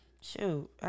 Shoot